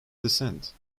descent